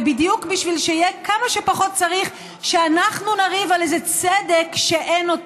ובדיוק בשביל שיהיה כמה שפחות צורך שאנחנו נריב על איזה צדק שאין.